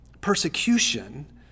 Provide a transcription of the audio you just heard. Persecution